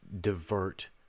divert